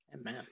Amen